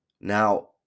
Now